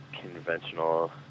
conventional